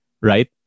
right